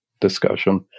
discussion